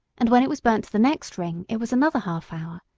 and when it was burnt to the next ring it was another half-hour,